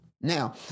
Now